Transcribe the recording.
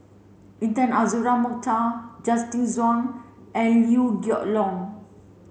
Intan Azura Mokhtar Justin Zhuang and Liew Geok Leong